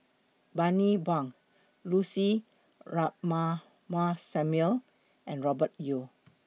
Bani Buang Lucy Ratnammah Samuel and Robert Yeo